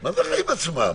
מה זה החיים עצמם?